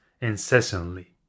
incessantly